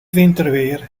winterweer